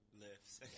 lifts